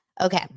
Okay